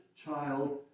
child